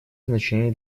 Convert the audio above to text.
значение